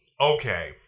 Okay